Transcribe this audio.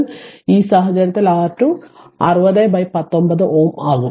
അതിനാൽ ഈ സാഹചര്യത്തിൽ R2 60 19 Ω ആകും